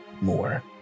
more